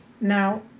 Now